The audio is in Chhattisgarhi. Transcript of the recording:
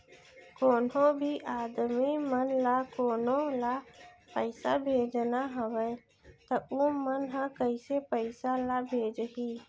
कोन्हों भी आदमी मन ला कोनो ला पइसा भेजना हवय त उ मन ह कइसे पइसा ला भेजही?